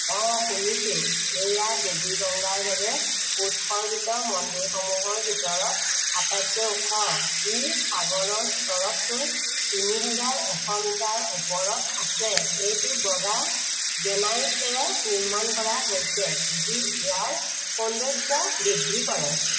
অঁ শুনিছোঁ এয়া দেৱী গংগাৰ বাবে উৎসৰ্গিত মন্দিৰসমূহৰ ভিতৰত আটাইতকৈ ওখ ই সাগৰৰ স্তৰতকৈ তিনি হেজাৰ এশ মিটাৰ ওপৰত আছে এইটো বগা গ্ৰেনাইটেৰে নিৰ্মাণ কৰা হৈছে যি ইয়াৰ সৌন্দৰ্য্য বৃদ্ধি কৰে